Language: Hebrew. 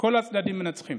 כל הצדדים מנצחים.